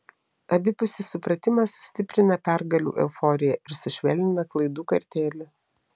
abipusis supratimas sustiprina pergalių euforiją ir sušvelnina klaidų kartėlį